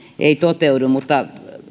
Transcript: ei toteudu mutta